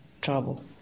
trouble